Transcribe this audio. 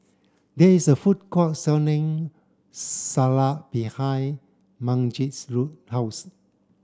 there is a food court selling Salsa behind Magen's house